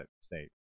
state